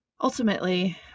Ultimately